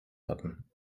hatten